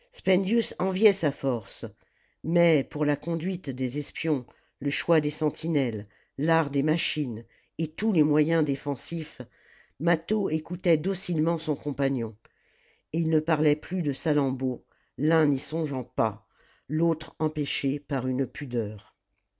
enviait sa force mais pour la conduite des espions le choix des sentinelles l'art des machines et tous les moyens défensifs mâtho écoutait docilement son compagnon et ils ne parlaient plus de salammbô l'un n'y songeant pas l'autre empêché par une pudeur